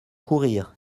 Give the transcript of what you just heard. courir